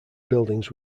buildings